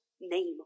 name